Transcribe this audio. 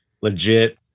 legit